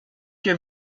que